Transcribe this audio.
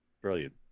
brilliant